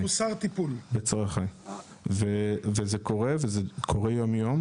זה קורה יום-יום,